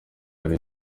hari